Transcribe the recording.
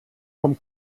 vom